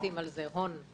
מקצים יותר הון.